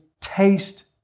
taste